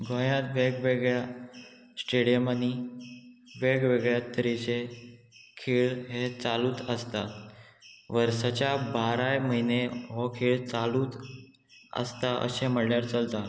गोंयांत वेगवेगळ्या स्टेडियमांनी वेगवेगळ्या तरेचे खेळ हे चालूच आसता वर्साच्या बाराय म्हयने हो खेळ चालूच आसता अशें म्हणल्यार चलता